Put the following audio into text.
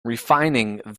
refining